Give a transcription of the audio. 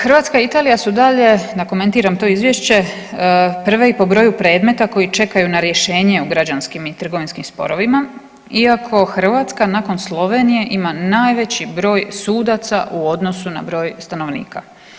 Hrvatska i Italija su dalje, da komentiram to Izvješće, prve i po broju predmeta koje čekaju na rješenje u građanskim i trgovinskim sporovima, iako Hrvatska, nakon Slovenije ima najveći broj sudaca u odnosu na broj stanovnika.